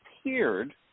appeared